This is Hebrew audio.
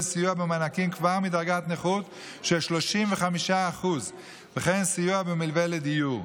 סיוע במענקים כבר מדרגת נכות של 35% וכן סיוע במלווה לדיור.